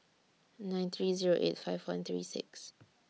nine three Zero eight five one three six